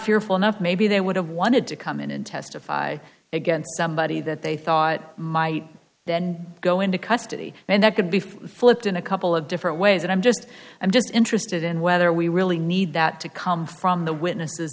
fearful enough maybe they would have wanted to come in and testify against somebody that they thought might then go into custody and that could be flipped in a couple of different ways and i'm just i'm just interested in whether we really need that to come from the witnesses